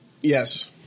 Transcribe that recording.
yes